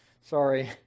Sorry